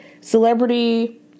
celebrity